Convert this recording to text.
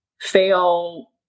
fail